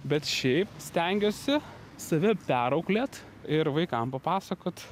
bet šiaip stengiuosi save perauklėt ir vaikam papasakot